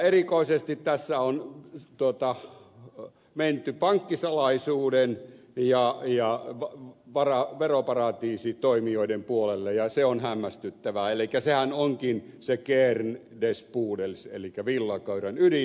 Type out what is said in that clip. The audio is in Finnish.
erikoisesti tässä on menty pankkisalaisuuden ja veroparatiisitoimijoiden puolelle ja se on hämmästyttävää elikkä sehän onkin se kern des pudels elikkä villakoiran ydin